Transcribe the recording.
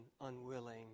unwilling